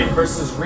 versus